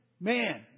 man